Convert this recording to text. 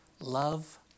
love